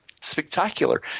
spectacular